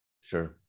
Sure